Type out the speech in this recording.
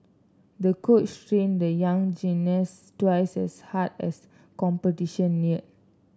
the coach trained the young gymnast twice as hard as competition neared